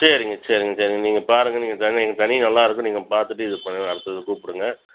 சரிங்க சரிங்க சரிங்க நீங்கள் பாருங்கள் நீங்கள் தண்ணி எங்கள் தண்ணி நல்லாருக்கும் நீங்கள் பார்த்துட்டு இது பண்ணுங்கள் அடுத்தது கூப்பிடுங்க